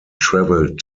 travelled